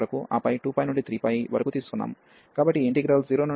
కాబట్టి మేము 0 నుండి నుండి 2 వరకు ఆపై 2 నుండి 3 వరకు తీసుకున్నాము